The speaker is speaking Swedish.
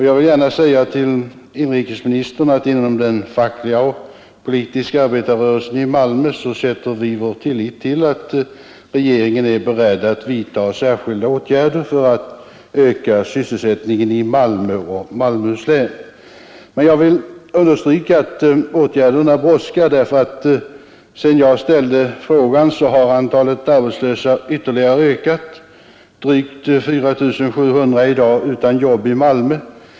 Jag vill gärna säga till inrikesministern att vi inom den fackliga och politiska arbetarrörelsen i Malmö sätter vår tillit till att regeringen är beredd att vidta särskilda åtgärder för att öka sysselsättningen i Malmö och Malmöhus län. Men jag vill gärna understryka att åtgärderna brådskar. Sedan jag ställde frågan har antalet arbetslösa ytterligare ökat. Drygt 4700 personer är i dag utan jobb i Malmö.